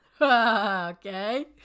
Okay